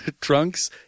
drunks